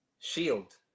shield